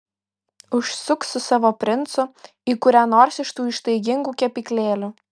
užsuk su savo princu į kurią nors iš tų ištaigingų kepyklėlių